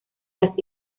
las